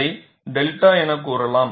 அதை 𝛅 என கூறலாம்